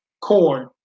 corn